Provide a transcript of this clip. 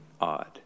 odd